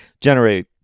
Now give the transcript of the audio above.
generate